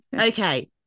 Okay